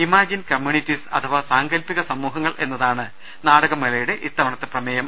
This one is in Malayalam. ഇമാജിൻ കമ്മ്യൂണിട്ടീസ് അഥവാ സാങ്കല്പിക സമൂഹങ്ങൾ എന്നതാണ് നാടകമേളയുടെ ഇത്തവണത്തെ പ്രമേയം